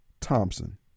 Thompson